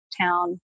town